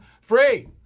free